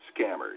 scammers